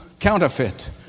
counterfeit